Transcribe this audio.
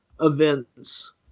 events